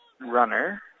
runner